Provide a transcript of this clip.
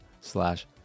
slash